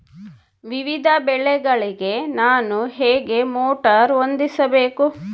ವಿವಿಧ ಬೆಳೆಗಳಿಗೆ ನಾನು ಹೇಗೆ ಮೋಟಾರ್ ಹೊಂದಿಸಬೇಕು?